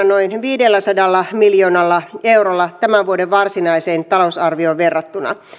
noin viidelläsadalla miljoonalla eurolla tämän vuoden varsinaiseen talousarvioon verrattuna